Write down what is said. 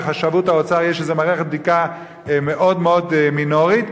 בחשבות האוצר יש איזו מערכת בדיקה מאוד מאוד מינורית,